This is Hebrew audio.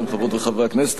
חברות וחברי הכנסת,